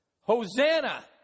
Hosanna